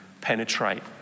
penetrate